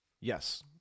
yes